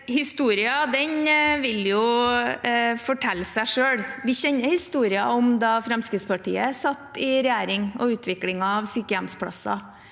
Historien vil jo fortelle. Vi kjenner historien om da Fremskrittspartiet satt i regjering og utviklingen av sykehjemsplasser.